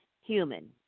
human